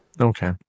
Okay